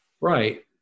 right